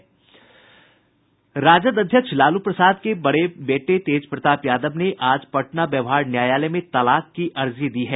राजद अध्यक्ष लालू प्रसाद के बड़े बेटे तेजप्रताप यादव ने आज पटना व्यवहार न्यायालय में तलाक की अर्जी दी है